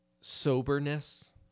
soberness